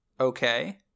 Okay